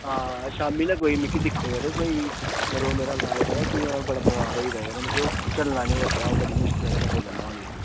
हां शामीं लै कोई मिगी दिक्खो यरो कोई करो मेरा लाज पता केह् ऐ अ'ऊं बड़ा बमार होई दा यरो मिगी ओह् चलना निं होआ दा अ'ऊं बड़ी मुश्कलै कन्नै बोल्ला ना हून बी